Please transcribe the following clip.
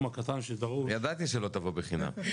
הקטן שדרוש- -- ידעתי שלא תבוא לחינם.